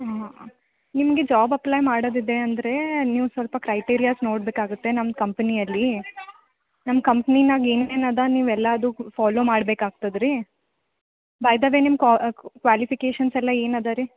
ಹ್ಞೂ ನಿಮಗೆ job apply ಮಾಡೋದಿದೆ ಅಂದ್ರೆ ನೀವು ಸ್ವಲ್ಪ ಕ್ರೈಟೀರಿಯಾಸ್ ನೋಡಬೇಕಾಗುತ್ತೆ ನಮ್ಮ ಕಂಪ್ನಿಯಲ್ಲಿ ನಮ್ಮ ಕಂಪ್ನಿನಾಗೆ ಏನೇನು ಇದೆ ನೀವೆಲ್ಲ ಅದು ಫುಲ್ ಫಾಲೋ ಮಾಡಬೇಕಾಗ್ತದ್ರೀ ಬೈ ದ ವೇ ನಿಮ್ಮ ಕ್ವಾಲಿಫಿಕೇಷನ್ಸೆಲ್ಲ ಏನು ಇದೇರಿ